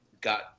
got